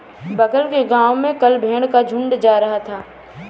बगल के गांव में कल भेड़ का झुंड जा रहा था